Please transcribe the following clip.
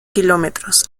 kilómetros